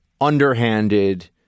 underhanded